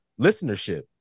listenership